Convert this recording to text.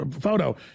photo